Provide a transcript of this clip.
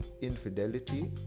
infidelity